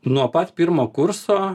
nuo pat pirmo kurso